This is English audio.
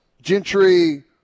Gentry